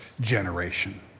generation